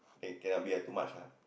cannot be ah too much ah